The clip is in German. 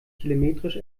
telemetrisch